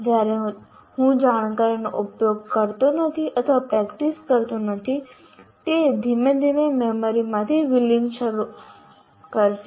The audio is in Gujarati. જ્યારે હું જાણકારી નો ઉપયોગ કરતો નથી અથવા પ્રેક્ટિસ કરતો નથી તે ધીમે ધીમે મેમરીમાંથી વિલીન થવાનું શરૂ કરશે